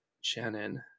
Shannon